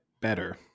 better